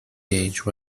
gauge